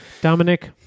Dominic